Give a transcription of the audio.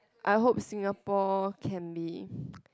I hope Singapore can be